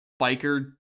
biker